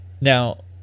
Now